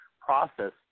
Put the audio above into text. process